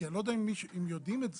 כי אני לא יודע אם יודעים את זה,